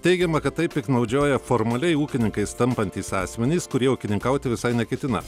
teigiama kad taip piktnaudžiauja formaliai ūkininkais tampantys asmenys kurie ūkininkauti visai neketina